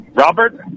Robert